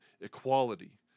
Equality